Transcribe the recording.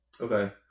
Okay